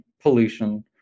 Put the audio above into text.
pollution